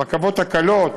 הרכבות הקלות,